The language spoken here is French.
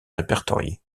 répertoriées